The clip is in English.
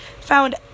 found